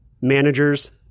managers